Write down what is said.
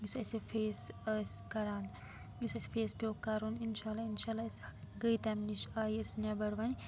یُس اَسہِ فیس ٲسۍ کَران یُس اَسہِ فیس پیوٚو کَرُن اِنشاء اللہ اِنشاء اللہ أسۍ گٔے تَمہِ نِش آیہِ أسۍ نٮ۪بَر وۄنۍ